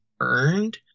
earned